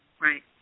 Right